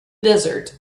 desert